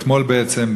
אתמול בעצם,